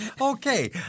Okay